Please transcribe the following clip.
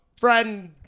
friend